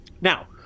Now